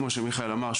כמו שמיכאל אמר,